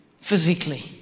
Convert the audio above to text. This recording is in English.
physically